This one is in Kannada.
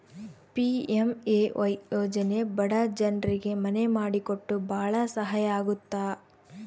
ಪಿ.ಎಂ.ಎ.ವೈ ಯೋಜನೆ ಬಡ ಜನ್ರಿಗೆ ಮನೆ ಮಾಡಿ ಕೊಟ್ಟು ಭಾಳ ಸಹಾಯ ಆಗುತ್ತ